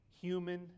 human